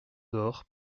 door